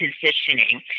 positioning